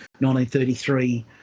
1933